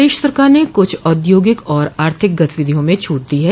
प्रदेश सरकार ने कुछ औद्योगिक और आर्थिक गतिविधियों में छूट दी है